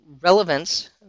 relevance